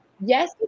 yes